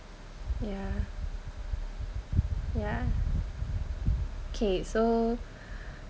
ya ya okay so